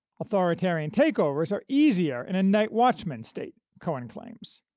authoritarian takeovers are easier in a night watchman state, cowen claims.